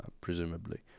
presumably